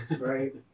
right